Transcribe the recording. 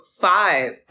five